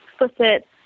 explicit